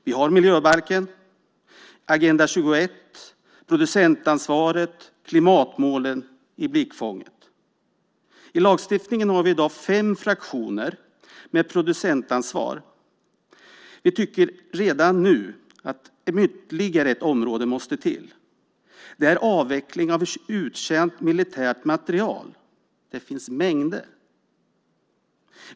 Vi har miljöbalken, Agenda 21, producentansvaret och klimatmålen i blickfånget. I lagstiftningen har vi i dag fem fraktioner med producentansvar. Vi tycker redan nu att ytterligare ett område måste till. Det är avveckling av uttjänt militär materiel. Det finns mängder.